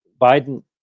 Biden